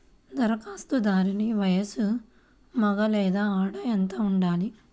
ధరఖాస్తుదారుని వయస్సు మగ లేదా ఆడ ఎంత ఉండాలి?